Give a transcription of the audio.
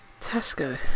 Tesco